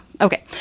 okay